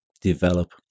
develop